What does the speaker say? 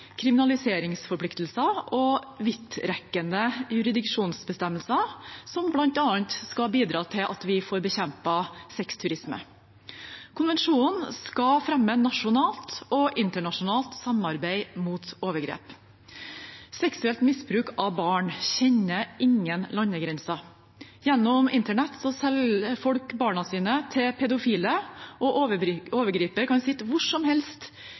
kriminaliseringsforpliktelser og vidtrekkende jurisdiksjonsbestemmelser, som bl.a. skal bidra til at vi får bekjempet sexturismen. Konvensjonen skal fremme nasjonalt og internasjonalt samarbeid mot overgrep. Seksuelt misbruk av barn kjenner ingen landegrenser. Gjennom internett selger folk barna sine til pedofile, og overgriperne kan sitte hvor som helst